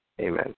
amen